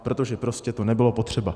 Protože prostě to nebylo potřeba.